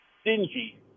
stingy